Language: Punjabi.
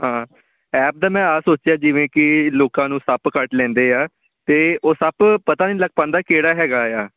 ਹਾਂ ਐਪ ਦਾ ਮੈਂ ਆਹ ਸੋਚਿਆ ਜਿਵੇਂ ਕਿ ਲੋਕਾਂ ਨੂੰ ਸੱਪ ਕੱਟ ਲੈਂਦੇ ਆ ਅਤੇ ਉਹ ਸੱਪ ਪਤਾ ਨਹੀਂ ਲੱਗ ਪਾਉਂਦਾ ਕਿਹੜਾ ਹੈਗਾ ਆ